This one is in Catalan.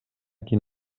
quin